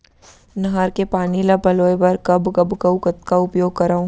नहर के पानी ल पलोय बर कब कब अऊ कतका उपयोग करंव?